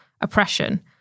oppression